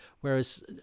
whereas